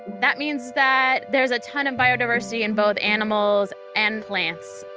that means that there's a ton of biodiversity in both animals and plants.